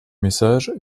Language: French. message